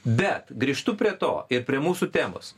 bet grįžtu prie to ir prie mūsų temos